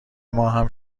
ماهم